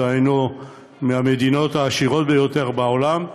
דהיינו מהמדינות העשירות ביותר בעולם,